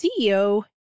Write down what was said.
CEO